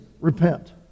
repent